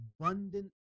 abundant